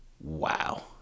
Wow